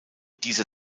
dieser